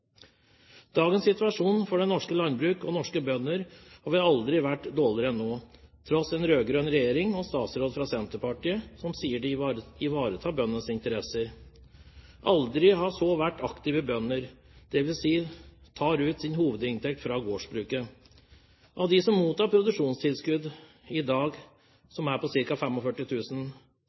for det norske landbruk og norske bønder har vel aldri vært dårligere enn nå, på tross av en rød-grønn regjering og en statsråd fra Senterpartiet som sier at de vil ivareta bøndenes interesser. Aldri har så få vært aktive bønder, dvs. som tar ut sin hovedinntekt fra gårdsbruket. Av dem som mottar produksjonstilskudd, som i dag er på